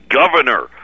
governor